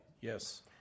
Yes